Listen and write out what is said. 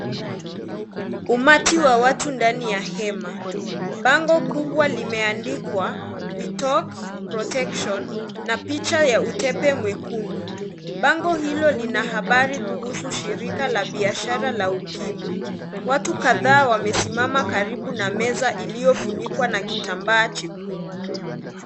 Umati wa watu ndani ya hema, bango kubwa limeandikwa we talk protection na picha ya utepe mwekundu, bango hilo lina habari kuhusu shirika la biashara la ukimwi. Watu kadhaa wamesiamama karibu na meza iliyofunikwa na kitambaa chekundu.